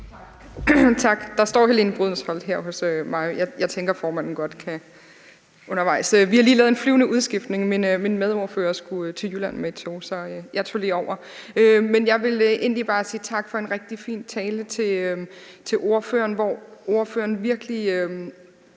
Tak. Der står Helene Brydensholt her hos mig. Vi har lige lavet en flyvende udskiftning. Min medordførere skulle til Jylland med et tog, så jeg tog lige over. Jeg vil egentlig bare sige tak for en rigtig fin tale til ordføreren, hvor ordføreren virkelig